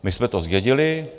My jsme to zdědili.